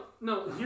No